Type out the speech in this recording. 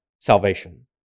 salvation